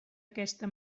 aquesta